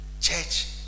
church